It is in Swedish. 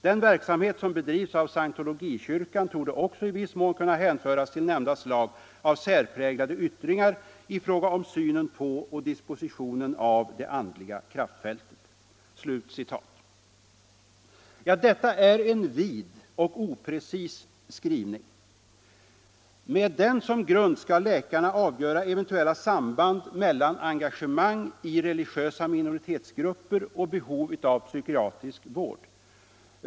Den verksamhet, som bedrives av Scientologikyrkan, torde också i viss mån kunna hänföras till nämnda slag av särpräglade yttringar i fråga om synen på och dispositionen av det andliga kraftfältet.” Detta är en vid och opreciserad skrivning. Med den som grund skall läkarna avgöra eventuella samband mellan engagemang i religiösa minoritetsgrupper och behov av psykiatrisk vård.